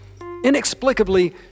Inexplicably